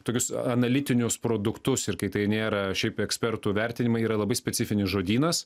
tokius analitinius produktus ir kai tai nėra šiaip ekspertų vertinimai yra labai specifinis žodynas